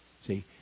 See